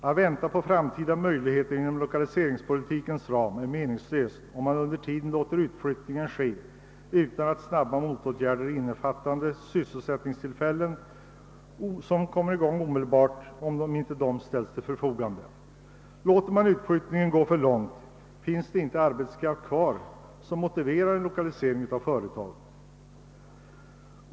Att vänta på framtida möjligheter inom 1okaliseringspolitikens ram är menings löst, om under tiden utflyttningen får fortsätta utan att snabba motåtgärder vidtas, som innebär att sysselsättningstillfällen omedelbart ställs till förfogande. Låter man utflyttningen gå för långt finns det inte arbetskraft kvar som motiverar lokalisering av företag.